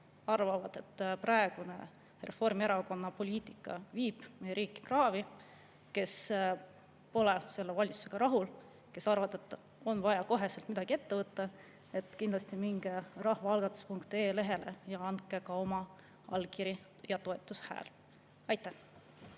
arvavad, et praegune Reformierakonna poliitika viib meie riigi kraavi, kes pole selle valitsusega rahul ja kes arvavad, et on vaja koheselt midagi ette võtta, lähevadrahvaalgatus.ee lehele ja annavad ka oma allkirja ja toetushääle. Aitäh!